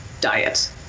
diet